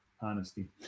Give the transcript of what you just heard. Honesty